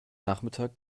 nachmittag